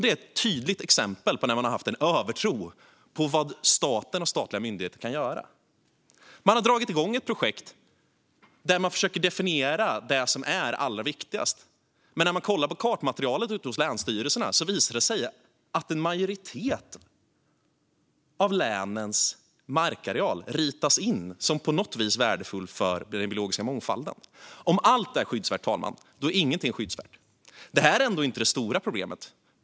Det är ett tydligt exempel på när man har haft en övertro på vad staten och statliga myndigheter kan göra. Man har dragit igång ett projekt där man försöker definiera det som är allra viktigast. Men i kartmaterialet ute hos länsstyrelserna visar det sig att en majoritet av länens markareal ritas in som på något vis värdefull för den biologiska mångfalden. Om allt är skyddsvärt, fru talman, är ingenting skyddsvärt. Det här är ändå inte det stora problemet.